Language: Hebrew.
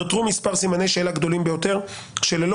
נותרו מספר סימני שאלה גדולים ביותר שללא